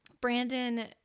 Brandon